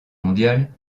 mondiale